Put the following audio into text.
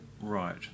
Right